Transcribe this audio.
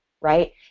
right